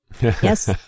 Yes